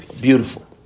Beautiful